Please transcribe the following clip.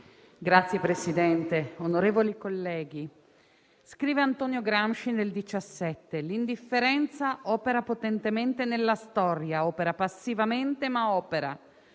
Signor Presidente, onorevoli colleghi, scrive Antonio Gramsci nel 1917: «L'indifferenza opera potentemente nella storia. Opera passivamente, ma opera.